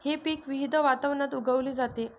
हे पीक विविध वातावरणात उगवली जाते